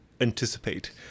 anticipate